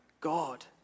God